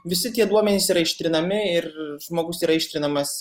visi tie duomenys yra ištrinami ir žmogus yra ištrinamas